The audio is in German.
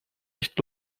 nicht